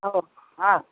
हो हां